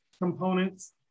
components